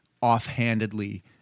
offhandedly